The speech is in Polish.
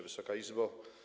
Wysoka Izbo!